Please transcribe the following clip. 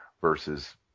versus